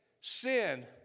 sin